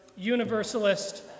Universalist